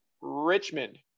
richmond